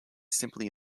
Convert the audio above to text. simply